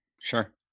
Sure